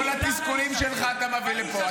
את כל התסכולים שלך אתה מביא לפה.